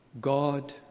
God